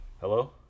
Hello